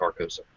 Carcosa